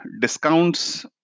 discounts